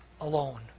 alone